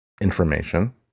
information